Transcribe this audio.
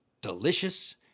delicious